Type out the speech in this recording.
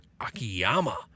Akiyama